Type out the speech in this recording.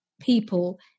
people